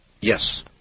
Yes